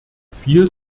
viel